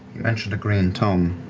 mentioned a green tome.